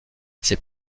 ses